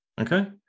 Okay